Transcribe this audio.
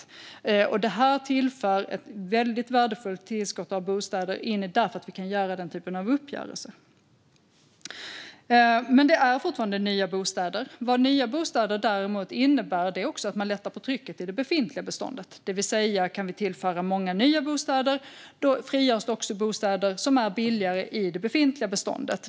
Eftersom vi kan göra sådana uppgörelser tillför det här ett väldigt värdefullt tillskott av bostäder. Det här handlar dock fortfarande om nya bostäder. Nya bostäder lättar däremot på trycket i det befintliga beståndet, det vill säga om man kan tillföra många nya bostäder frigörs också billigare bostäder i det befintliga beståndet.